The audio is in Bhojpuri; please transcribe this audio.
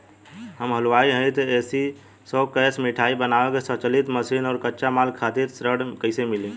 हम हलुवाई हईं त ए.सी शो कैशमिठाई बनावे के स्वचालित मशीन और कच्चा माल खातिर ऋण कइसे मिली?